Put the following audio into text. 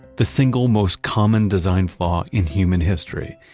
the single-most common design flaw in human history.